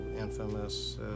infamous